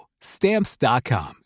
Stamps.com